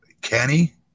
Kenny